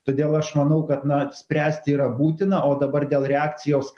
todėl aš manau kad na spręsti yra būtina o dabar dėl reakcijos